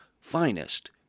finest